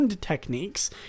techniques